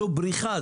זו בריחה.